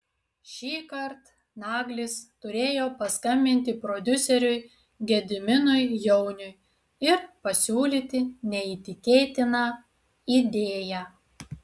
šįkart naglis turėjo paskambinti prodiuseriui gediminui jauniui ir pasiūlyti neįtikėtiną idėją